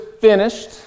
finished